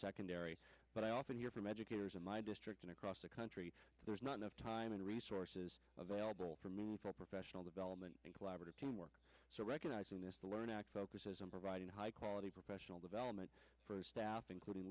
secondary but i often hear from educators in my district and across the country there's not enough time and resources available for meaningful professional development collaborative teamwork so recognizing this the learning that focuses on providing high quality professional development staff including